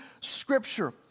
scripture